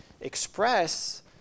express